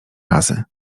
razy